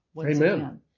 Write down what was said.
Amen